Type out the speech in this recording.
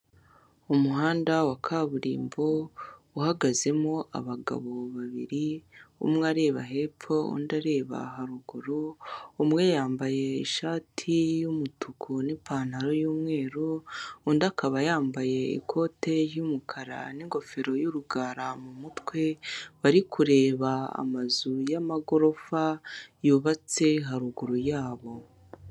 Umuhanda wa kaburimbo uhagazemo abagabo babiri umwe areba hepfo undi areba haruguru, umwe yambaye ishati y'umutuku n'ipantalo y'umweru undi akaba yambaye ikote ry'umukara n'ingofero y'urugara mu mutwe bari kureba amazu y'amagorofa yubatse haruguru yabo.